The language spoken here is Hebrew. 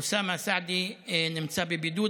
אוסאמה סעדי נמצא בבידוד,